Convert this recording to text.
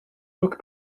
hook